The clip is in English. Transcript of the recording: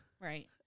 Right